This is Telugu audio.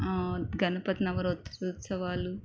గణపతి నవరాత్రి ఉత్సవాలు